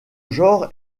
genre